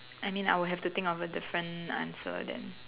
I mean I would have to think of a different answer then